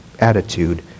attitude